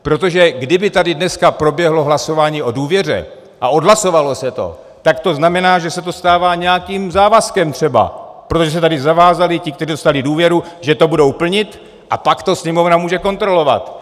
Protože kdyby tady dneska proběhlo hlasování o důvěře a odhlasovalo se to, tak to znamená, že se to stává nějakým závazkem třeba, protože se tady zavázali ti, kteří dostali důvěru, že to budou plnit, a pak to Sněmovna může kontrolovat.